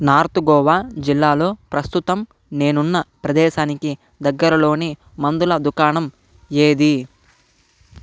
north Goa జిల్లాలో ప్రస్తుతం నేనున్న ప్రదేశానికి దగ్గరలోని మందుల దుకాణం ఏది